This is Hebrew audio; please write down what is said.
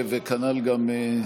וכנ"ל גם,